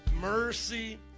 mercy